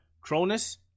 Cronus